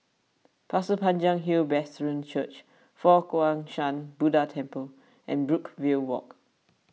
Pasir Panjang Hill Brethren Church Fo Guang Shan Buddha Temple and Brookvale Walk